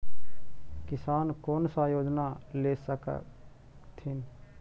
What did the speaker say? किसान कोन सा योजना ले स कथीन?